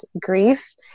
grief